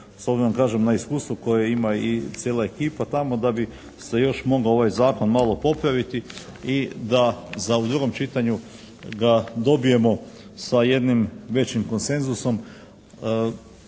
s obzirom kažem na iskustvo koje ima i cijela ekipa tamo da bi se još mogao ovaj zakon malo popraviti i da za u drugom čitanju ga dobijemo sa jednim većim konsenzusom,